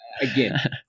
again